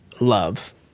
love